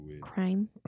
crime